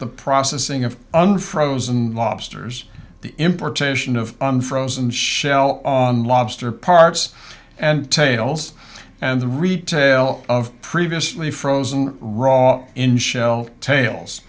the processing of unfrozen lobsters the importation of frozen shell on lobster parts and tails and the retail of previously frozen raw in shell ta